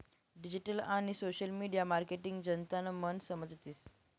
digital आणि social media marketing जनतानं मन समजतीस